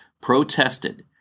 protested